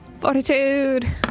Fortitude